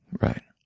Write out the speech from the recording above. right.